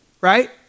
right